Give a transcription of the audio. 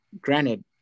granted